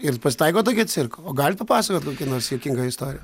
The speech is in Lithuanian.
ir pasitaiko tokių cirkų o galit papasakot kokią nors juokingą istoriją